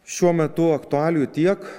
šiuo metu aktualijų tiek